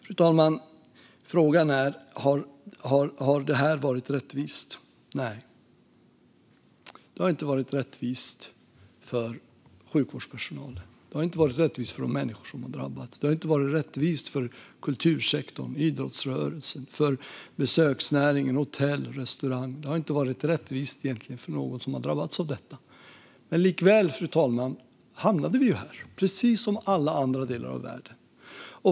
Fru talman! Frågan är: Har det här varit rättvist? Nej. Det har inte varit rättvist för sjukvårdspersonalen. Det har inte varit rättvist för de människor som har drabbats. Det har inte varit rättvist för kultursektorn, idrottsrörelsen, besöksnäringen, hotellen eller restaurangerna. Det har inte varit rättvist för någon som har drabbats av detta. Likväl, fru talman, hamnade vi här, precis som alla andra delar av världen.